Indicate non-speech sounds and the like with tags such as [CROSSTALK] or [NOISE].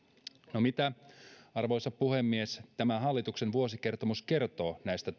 no mitä arvoisa puhemies tämä hallituksen vuosikertomus kertoo näistä [UNINTELLIGIBLE]